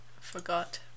forgot